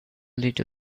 little